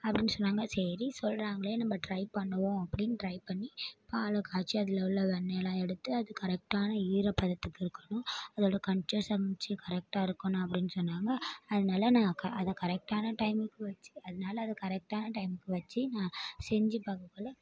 அப்படின்னு சொன்னாங்க சரி சொல்கிறாங்களே நம்ம ட்ரை பண்ணுவோம் அப்படின்னு ட்ரை பண்ணி பாலை காய்ச்சி அதில் உள்ள வெண்ணெய்லாம் எடுத்து அது கரெக்ட்டான ஈரப்பதத்துக்கு இருக்கணும் அதோடய கன்ஜசம்ஸி கரெக்ட்டாக இருக்கணும் அப்படின்னு சொன்னாங்க அதனால நான் அதை கரெக்ட்டான டைமுக்கு வச்சு அதனால அதை கரெக்ட்டான டைமுக்கு வச்சு நான் செஞ்சு பார்க்கக்கொள்ள